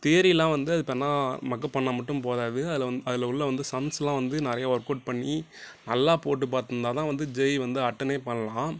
தியரியெல்லாம் வந்து அதுபேர்னால் மக்கப் பண்ணால் மட்டும் போதாது அதில் வந் அதில் உள்ள வந்து சம்ஸ்லாம் வந்து நிறைய ஒர்க்கவுட் பண்ணி நல்லா போட்டு பார்த்துருந்தா தான் வந்து ஜெஈ வந்து அட்டனே பண்ணலாம்